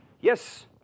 yes